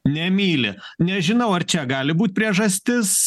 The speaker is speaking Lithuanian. nemyli nežinau ar čia gali būt priežastis